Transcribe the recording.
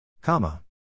Comma